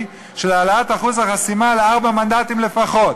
של העלאת אחוז החסימה לארבעה מנדטים לפחות,